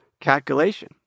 calculation